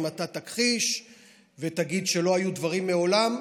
אם אתה תכחיש ותגיד שלא היו דברים מעולם.